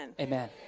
Amen